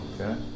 Okay